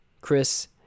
Chris